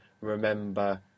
remember